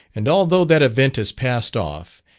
and although that event has passed off,